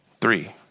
Three